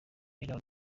raila